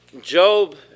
Job